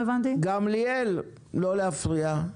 גמליאל, לא להפריע.